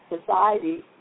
society